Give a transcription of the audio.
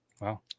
Wow